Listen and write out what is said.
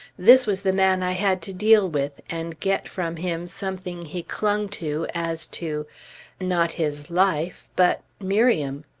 this was the man i had to deal with, and get from him something he clung to as to not his life, but miriam.